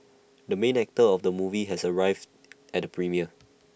the main actor of the movie has arrived at premiere